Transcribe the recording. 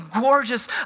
gorgeous